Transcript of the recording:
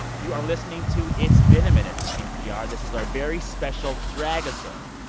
you are listening to it's been a minute from npr. this is our very special dragisode.